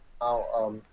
Now